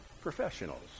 professionals